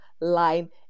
line